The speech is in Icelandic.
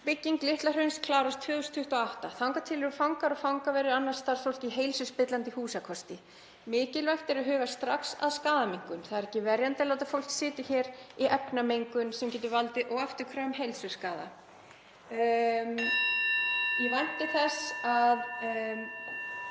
Nýbygging Litla-Hrauns klárast 2028. Þangað til eru fangar og fangaverðir og annað starfsfólk í heilsuspillandi húsakosti. Mikilvægt er að huga strax að skaðaminnkun. Það er ekki verjandi að láta fólk sitja hér í efnamengun sem getur valdið óafturkræfum heilsuskaða. Ég vænti þess að